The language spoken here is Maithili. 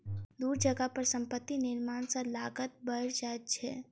दूर जगह पर संपत्ति निर्माण सॅ लागत बैढ़ जाइ छै